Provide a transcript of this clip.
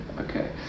Okay